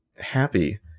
happy